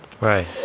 right